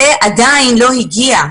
זה עדיין לא הגיע.